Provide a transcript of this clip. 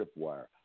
tripwire